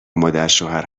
مادرشوهر